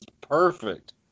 perfect